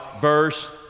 verse